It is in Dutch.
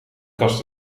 kast